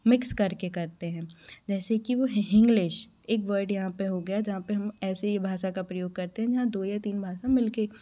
mix करके करते हैं जैसे कि वो हिंग्लिश एक वर्ड यहाँ पे हो गया जहाँ पे हम ऐसी भाषा का प्रयोग करते हैं जहाँ दो या तीन भाषा मिलके